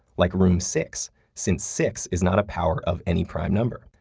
like room six, since six is not a power of any prime number.